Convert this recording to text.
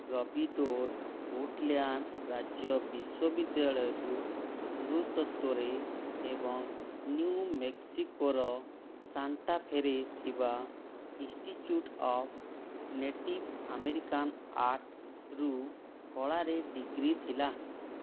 ରବିଡ଼ୋର Portland ରାଜ୍ୟ ବିଶ୍ଵବିଦ୍ୟାଳୟରୁ ନୃତତ୍ତ୍ୱରେ ଏବଂ ନ୍ୟୁ ମେକ୍ସିକୋର ସାଣ୍ଟା ଫେରେ ଥିବା ଇନଷ୍ଟିଚ୍ୟୁଟ୍ ଅଫ୍ ନେଟିଭ୍ ଆମେରିକାନ୍ ଆର୍ଟରୁ କଳାରେ ଡିଗ୍ରୀ ଥିଲା